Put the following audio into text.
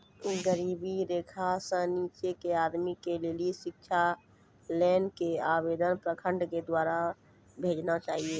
गरीबी रेखा से नीचे के आदमी के लेली शिक्षा लोन के आवेदन प्रखंड के द्वारा भेजना चाहियौ?